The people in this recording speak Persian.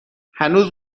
هنوز